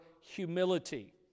humility